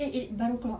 eh it baru keluar ah